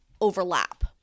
overlap